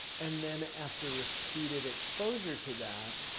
and then after repeated exposure to that,